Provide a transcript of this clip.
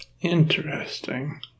Interesting